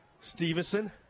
Stevenson